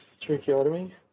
Tracheotomy